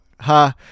ha